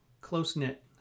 close-knit